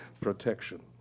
protection